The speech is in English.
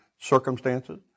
circumstances